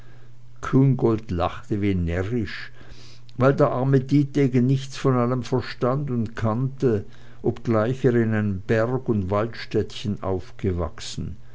küngolt lachte wie närrisch weil der arme dietegen nichts von allem verstand und kannte obgleich er in einem berg und waldstädtchen aufgewachsen